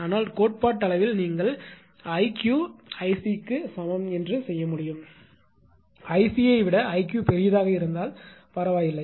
ஆனால் கோட்பாட்டளவில் நீங்கள் 𝐼𝑞 க்கு 𝐼𝑐 ஐ சமம் செய்ய முடியும் 𝐼𝑐 ஐ விட 𝐼𝑞 பெரியதாக இருந்தால் பரவாயில்லை